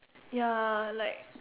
ya like